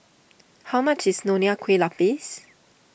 how much is Nonya Kueh Lapis